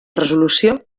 resolució